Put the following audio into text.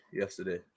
yesterday